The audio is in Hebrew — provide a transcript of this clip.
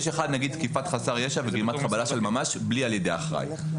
יש נגיד אחד תקיפת חסר ישע וגרימת חבלה של ממש בלי על ידי אחראי.